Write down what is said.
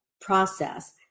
process